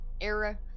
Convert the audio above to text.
era